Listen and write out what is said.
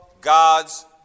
God's